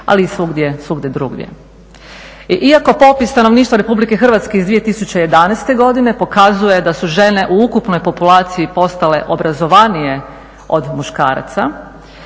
ali i svugdje drugdje. Iako popis stanovništva RH iz 2011.godine pokazuje da su žene u ukupnoj populaciji postale obrazovanije od muškaraca